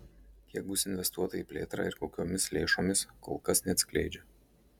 kiek bus investuota į plėtrą ir kokiomis lėšomis kol kas neatskleidžia